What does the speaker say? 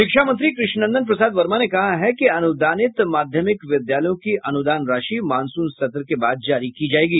शिक्षा मंत्री कृष्ण नंदन प्रसाद वर्मा ने कहा है कि अनुदानित माध्यमिक विद्यालयों की अनुदान राशि मॉनसून सत्र के बाद जारी की जायेगी